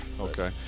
Okay